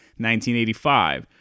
1985